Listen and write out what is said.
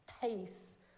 pace